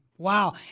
Wow